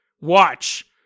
Watch